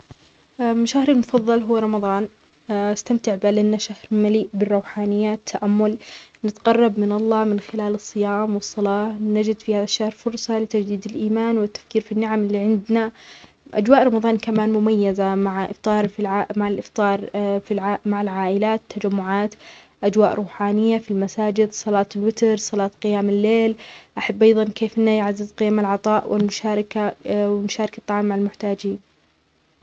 شهري المفضل هو رمضان. استمتع به لانه شهر مليء بالروحانيات والتأمل. نتقرب من الله من خلال الصيام والصلاة. نجد في هالشهر فرصة لتجديد الإيمان والتفكير في النعم اللي عندنا. أجواء رمضان كمان مميزة مع افطارفي الع-مع الافطار في الع- مع العائلات، التجمعات. أجواء روحانية في المساجد، صلاة الوتر، صلاة قيام الليل. أحب أيضا كيف انه نعزز قيم العطاء والمشاركة ومشاركه الطعام مع المحتاجين